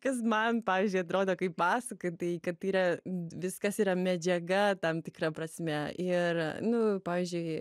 kas man pavyzdžiui atrodo kaip pasaka tai kad yra viskas yra medžiaga tam tikra prasme ir nu pavyzdžiui